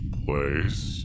place